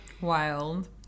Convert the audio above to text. Wild